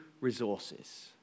resources